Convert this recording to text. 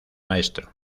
maestro